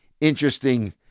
interesting